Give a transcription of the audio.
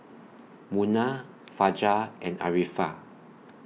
Munah Fajar and Arifa